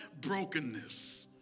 brokenness